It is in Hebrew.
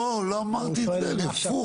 לא, לא אמרתי את זה, הפוך.